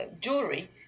jewelry